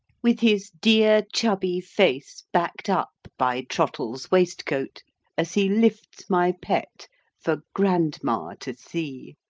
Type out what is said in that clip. with his dear chubby face backed up by trottle's waistcoat as he lifts my pet for grandma to see.